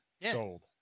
sold